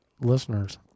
listeners